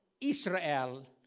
Israel